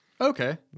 Okay